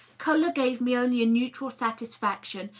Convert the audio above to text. color gave me only a neutral satisfiiction,